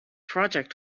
project